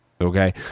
okay